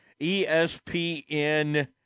ESPN